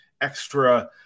extra